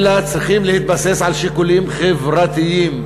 אלא צריכים להתבסס על שיקולים חברתיים.